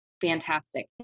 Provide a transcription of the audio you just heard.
fantastic